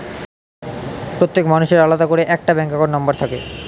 প্রত্যেক মানুষের আলাদা করে একটা ব্যাঙ্ক অ্যাকাউন্ট নম্বর থাকে